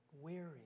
weary